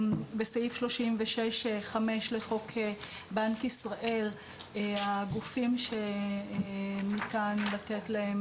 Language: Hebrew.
בסעיף 36(5) לחוק בנק ישראל הגופים שניתן לתת להם